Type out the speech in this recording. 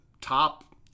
top